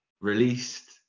released